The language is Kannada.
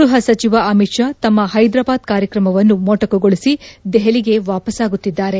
ಗ್ರಹ ಸಚಿವ ಅಮಿತ್ ಶಾ ತಮ್ನ ಪ್ನೆದರಾಬಾದ್ ಕಾರ್ಯಕ್ರಮವನ್ನು ಮೊಟಕುಗೊಳಿಸಿ ದೆಹಲಿಗೆ ವಾಪಾಸಾಗುತ್ತಿದ್ದಾರೆ